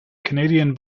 canadian